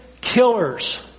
killers